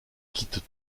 quitte